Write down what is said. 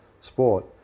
sport